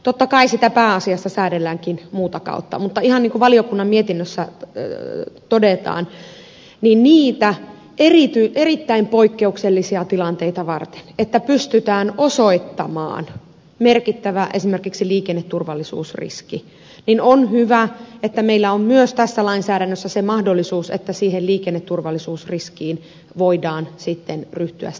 totta kai sitä pääasiassa säädelläänkin muuta kautta mutta ihan niin kuin valiokunnan mietinnössä todetaan niitä erittäin poikkeuksellisia tilanteita varten että pystytään osoittamaan esimerkiksi merkittävä liikenneturvallisuusriski on hyvä että meillä on myös tässä lainsäädännössä se mahdollisuus että sen liikenneturvallisuusriskin takia voidaan ryhtyä toimenpiteisiin